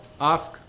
ask